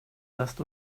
lasst